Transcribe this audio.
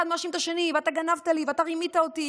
אחד מאשים את השני: אתה גנבת לי ואתה רימית אותי,